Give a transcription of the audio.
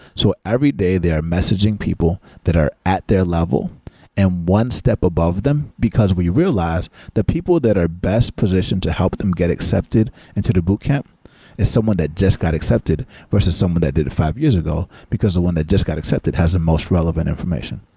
so every day, they are messaging people that are at their level and one step above them, because we realize the people that are best positioned to help them get accepted into the boot camp is someone that just got accepted versus someone that did it five years ago, because the one that just got accepted has the most relevant information.